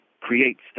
creates